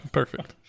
perfect